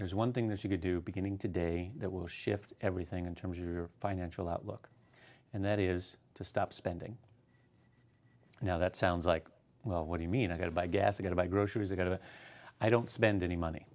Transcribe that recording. there's one thing that you could do beginning today that will shift everything in terms of your financial outlook and that is to stop spending now that sounds like well what do you mean i could buy gas to get about groceries or go to i don't spend any money